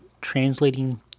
translating